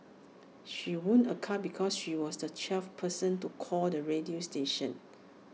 she won A car because she was the twelfth person to call the radio station